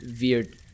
weird